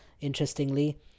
interestingly